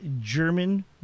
German